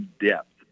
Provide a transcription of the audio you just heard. depth